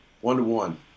one-to-one